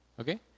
Okay